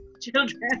children